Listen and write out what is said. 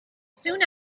soon